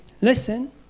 listen